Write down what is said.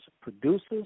producers